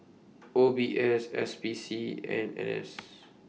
O B S S P C and N S